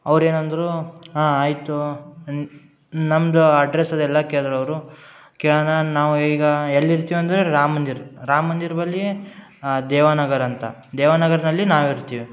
ಅವ್ರು ಏನಂದರೂ ಹಾಂ ಆಯಿತು ಅನ್ ನಮ್ಮದು ಅಡ್ರಸ್ ಅದೆಲ್ಲ ಕೇಳ್ದ್ರೆ ಅವರು ಕೇಳೋಣ ನಾವು ಈಗ ಎಲ್ಲಿ ಇರ್ತೀವಿ ಅಂದರೆ ರಾಮ ಮಂದಿರ ರಾಮ ಮಂದಿರ ಬಲ್ಲಿ ದೇವನಗರ ಅಂತ ದೇವನಗರ್ನಲ್ಲಿ ನಾವು ಇರ್ತೀವಿ